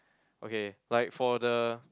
okay like for the